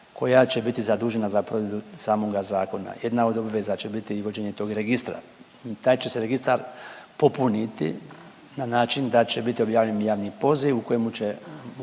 koja će biti zadužena za provedbu samoga zakona. Jedna od obveza će biti i vođenje tog registra. Taj će se registar popuniti na način da će biti objavljen javni poziv u kojemu će,